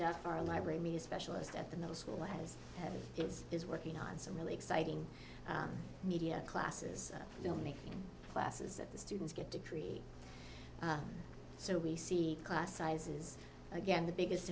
and our library media specialist at the middle school has kids is working on some really exciting media classes filmmaking classes at the students get to create so we see class sizes again the biggest